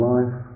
Life